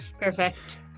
Perfect